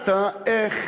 ידעת איך